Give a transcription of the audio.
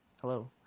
Hello